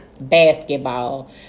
basketball